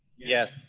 yes.